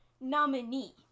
nominee